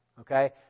okay